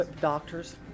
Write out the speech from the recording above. Doctors